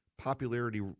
popularity